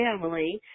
family